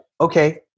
okay